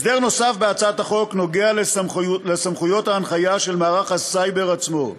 הסדר נוסף בהצעת החוק נוגע לסמכויות ההנחיה של מערך הסייבר עצמו.